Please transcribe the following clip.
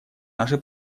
наши